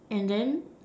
and then